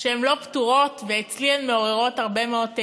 שהן לא פתורות, ואצלי הן מעוררות הרבה מאוד תהיות.